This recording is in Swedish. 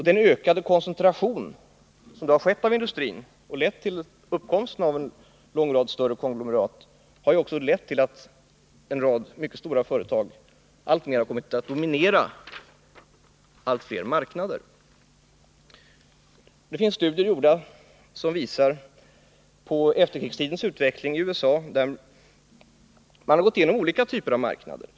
Den ökade koncentrationen i industrin, som har lett till uppkomsten av en lång rad större konglomerat, har gjort att en mängd stora företag har kommit att dominera allt fler marknader. Det finns studier som visar efterkrigstidens utveckling i olika typer av marknader i USA.